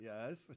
Yes